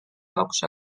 jaoks